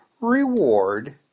reward